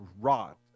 rot